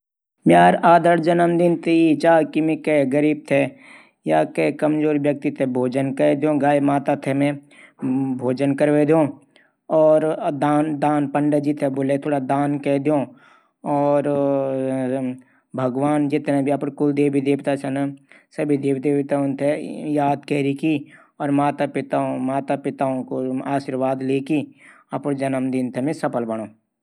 आदर्श विवाह मी इन चांदू की जू भी लडकी हो मी हूं हम एक दूशरा सम्मान कांरा हम दोनो एक दूशरा दगड कम हो ज्यादा वेमा ही खुश रां। वा भी जनी मी भी जनी छों। एक दूशरा दुख सुख थे अपडू दुख सुख समझा अगर किं चीजै कमी बिस्ती त वां भि खुस रां। अगर कभी लडै झगडा भी ह्वा त फिर आपस मां एक हेवी रां। अपडू मा पिता सम्मान कांरा